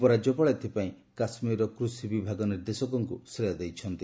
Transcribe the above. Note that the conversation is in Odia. ଉପରାଜ୍ୟପାଳ ଏଥିପାଇଁ କାଶ୍ମୀର୍ର କୃଷି ବିଭାଗ ନିର୍ଦ୍ଦେଶକଙ୍କୁ ଶ୍ରେୟ ଦେଇଛନ୍ତି